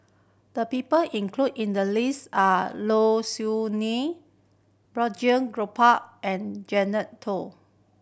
the people include in the list are Low Siew Nghee Balraj Gopal and Joel